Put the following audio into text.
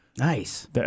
Nice